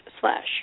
slash